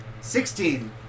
Sixteen